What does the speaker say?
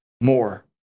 more